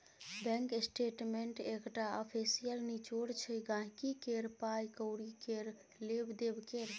bank statement एकटा official निचोड़ छै गांहिकी केर पाइ कौड़ी केर लेब देब केर